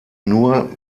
nur